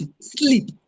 sleep